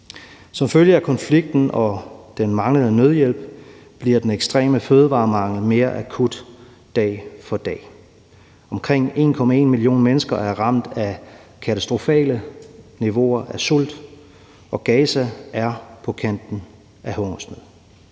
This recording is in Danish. Som følge af konflikten og den manglende nødhjælp bliver den ekstreme fødevaremangel mere akut dag for dag. Omkring 1,5 million mennesker er ramt af katastrofale niveauer af sult, og Gaza er på kanten af hungersnød.